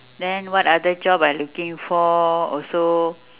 then what other job I looking for also